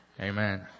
Amen